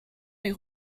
les